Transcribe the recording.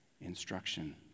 instruction